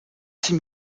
six